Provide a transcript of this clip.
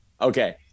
Okay